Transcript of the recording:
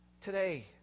today